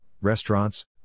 restaurants